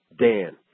Dan